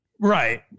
Right